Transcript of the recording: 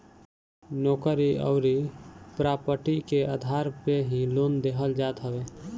नोकरी अउरी प्रापर्टी के आधार पे ही लोन देहल जात हवे